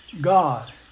God